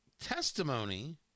testimony